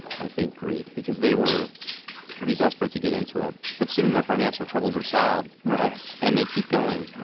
i think, greed. because they were pretty desperate to get into it. but soon their financial troubles are solved right and they keep going.